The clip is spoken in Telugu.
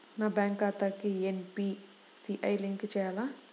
నా బ్యాంక్ ఖాతాకి ఎన్.పీ.సి.ఐ లింక్ చేయాలా?